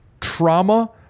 trauma